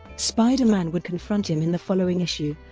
spider-man would confront him in the following issue,